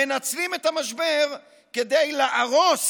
מנצלים את המשבר כדי להרוס: